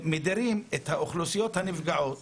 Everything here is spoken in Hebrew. שמדירים את האוכלוסיות הנפגעות,